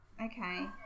Okay